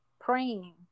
praying